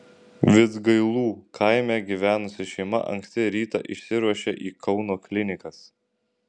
vidzgailų kaime gyvenusi šeima anksti rytą išsiruošė į kauno klinikas